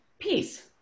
peace